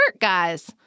guys